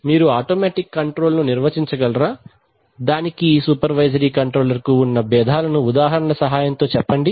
మీరు automatic control ను నిర్వచించగలరా దానికి సుపెర్వైజరీ కంట్రోల్ కు ఉన్న భేధాలను ఉదాహరణల సహాయముతో చెప్పండి